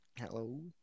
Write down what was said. Hello